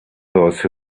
those